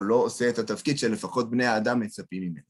לא עושה את התפקיד שלפחות בני האדם מצפים ממנו.